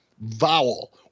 vowel